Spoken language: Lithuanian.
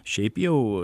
šiaip jau